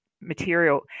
material